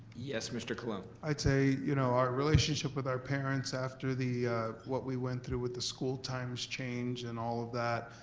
yes, mr. colon? i'd say you know our relationship with our parents, after what we went through with the school times change and all of that,